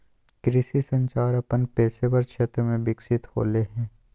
कृषि संचार अपन पेशेवर क्षेत्र में विकसित होले हें